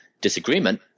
disagreement